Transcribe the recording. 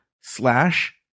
slash